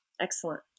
excellent